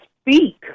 speak